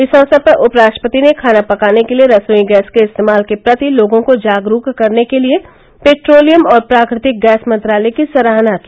इस अवसर पर उपराष्ट्रपति ने खाना पकाने के लिए रसोई गैस के इस्तेमाल के प्रति लोगों को जागरूक करने के लिए पैट्रोलियम और प्राकृतिक गैस मंत्रालय की सराहना की